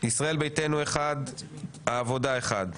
ישראל ביתנו אחד, העבודה אחד.